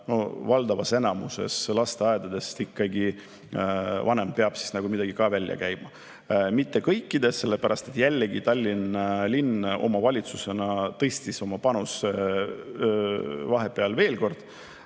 valdavas enamuses lasteaedadest ikkagi vanem peab midagi ka välja käima. Mitte küll kõikides, sellepärast et jällegi Tallinn omavalitsusena tõstis oma panust vahepeal veel kord,